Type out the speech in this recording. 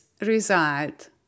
result